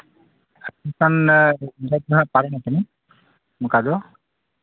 admission date ᱫᱚ ᱦᱟᱸᱜ ᱯᱟᱨᱚᱢ ᱟᱠᱟᱱᱟ ᱚᱱᱠᱟ ᱫᱚ